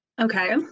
okay